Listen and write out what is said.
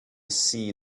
see